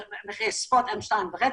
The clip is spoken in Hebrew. מחירי הספוט הם 2.5,